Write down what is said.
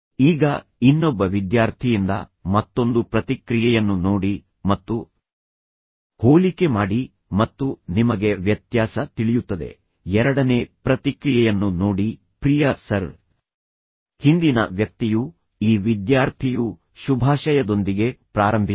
ಈಗ ಇನ್ನೊಬ್ಬ ವಿದ್ಯಾರ್ಥಿಯಿಂದ ಮತ್ತೊಂದು ಪ್ರತಿಕ್ರಿಯೆಯನ್ನು ನೋಡಿ ಮತ್ತು ಹೋಲಿಕೆ ಮಾಡಿ ಮತ್ತು ನಿಮಗೆ ವ್ಯತ್ಯಾಸ ತಿಳಿಯುತ್ತದೆ ಎರಡನೇ ಪ್ರತಿಕ್ರಿಯೆಯನ್ನು ನೋಡಿ ಪ್ರಿಯ ಸರ್ ಹಿಂದಿನ ವ್ಯಕ್ತಿಯು ಈ ವಿದ್ಯಾರ್ಥಿಯು ಶುಭಾಶಯದೊಂದಿಗೆ ಪ್ರಾರಂಭಿಸಲಿಲ್ಲ